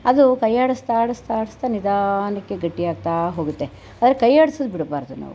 ಅದು ಕೈಯ್ಯಾಡಿಸ್ತಾ ಆಡಿಸ್ತಾ ಆಡಿಸ್ತಾ ನಿಧಾನಕ್ಕೆ ಗಟ್ಟಿ ಆಗುತ್ತಾ ಹೋಗುತ್ತೆ ಆದರೆ ಕೈಯ್ಯಾಡ್ಸೋದು ಬಿಡಬಾರ್ದು ನಾವು